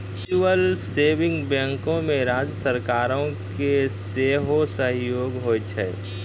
mutual saving बैंको मे राज्य सरकारो के सेहो सहयोग होय छै